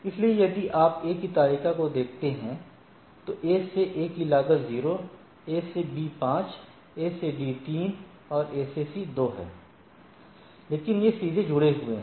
इसलिए यदि आप A की तालिका को देखते हैं तो A से A की लागत 0 A से B 5 A से D 3 और A से C 2 है क्योंकि ये सीधे जुड़े हुए हैं